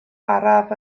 araf